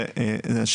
תודה רבה על הדיון.